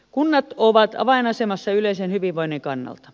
kunnat ovat avainasemassa yleisen hyvinvoinnin kannalta